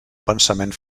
pensament